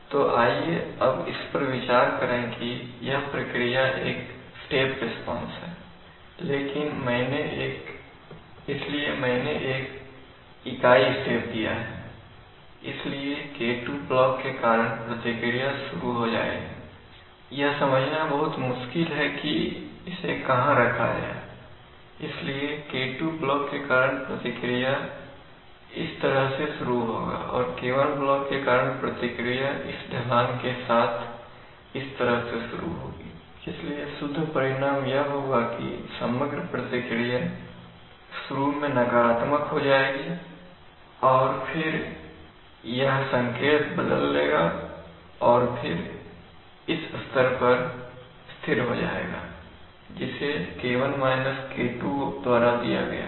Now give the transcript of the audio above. तो आइए हम इस पर विचार करें कि यह प्रक्रिया की स्टेप रिस्पांस है इसलिए मैंने एक इकाई स्टेप दिया है इसलिए K2 ब्लॉक के कारण प्रतिक्रिया शुरू हो जाएगी यह समझना बहुत मुश्किल है कि इसे कहां रखा जाए इसलिए K2 ब्लॉक के कारण प्रतिक्रिया इस तरह से शुरू होगा और K1 ब्लॉक के कारण प्रतिक्रिया इस ढलान के साथ इस तरफ से शुरू होगी इसलिए शुद्ध परिणाम यह होगा कि समग्र प्रतिक्रिया शुरू में नकारात्मक हो जाएगी और फिर यह संकेत बदल जाएगा और फिर यह इस स्तर पर स्थिर हो जाएगा जिसे K1 K2 द्वारा दिया गया है